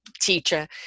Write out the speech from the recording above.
teacher